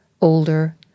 older